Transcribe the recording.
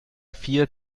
vier